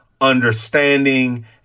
understanding